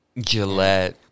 Gillette